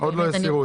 עוד לא הסרנו.